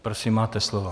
Prosím, máte slovo.